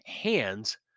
hands